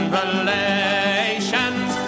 relations